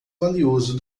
valioso